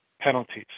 penalties